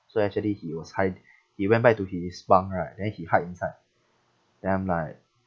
so actually he was hide he went back to his bunk right then he hide inside then I'm like